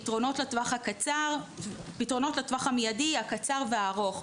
פתרונות לטווח המידי, הקצר והארוך.